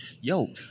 yo